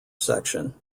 section